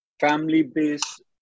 family-based